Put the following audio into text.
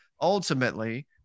ultimately